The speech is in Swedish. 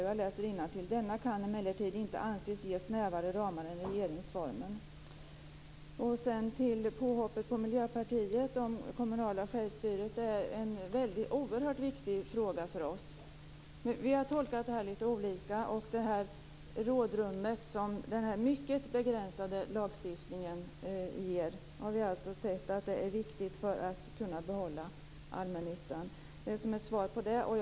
I betänkandet står det: "Denna kan emellertid inte anses ge snävare ramar än regeringsformen -." När det gäller påhoppet på Miljöpartiet och det kommunala självstyret vill jag säga att detta är en oerhört viktig fråga för oss men vi har tolkat det här lite olika. Det rådrum som denna mycket begränsade lagstiftning ger har vi ansett vara viktigt för att kunna behålla allmännyttan; detta som ett svar i det avseendet.